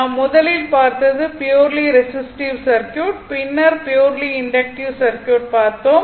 நாம் முதலில் பார்த்தது ப்யுர்லி ரெசிஸ்டிவ் சர்க்யூட் பின்னர் ப்யுர்லி இண்டக்ட்டிவ் சர்க்யூட் பார்த்தோம்